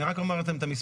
אני רק אומר את המספרים.